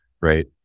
Right